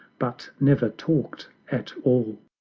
but never talk'd at all.